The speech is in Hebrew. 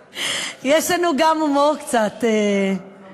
יש לנו גם קצת הומור, ידידי.